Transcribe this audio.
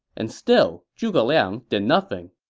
and still, zhuge liang did nothing.